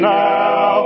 now